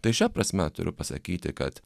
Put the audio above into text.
tai šia prasme turiu pasakyti kad